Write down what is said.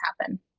happen